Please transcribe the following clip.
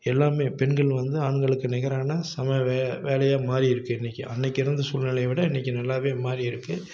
எல்லாமே பெண்கள் வந்து ஆண்களுக்கு நிகரான சம வே வேலையாக மாறி இருக்கு இன்னைக்கும் அன்னைக்கு இருந்த சூழ்நிலையை விட இன்னைக்கு நல்லாவே மாறி இருக்கு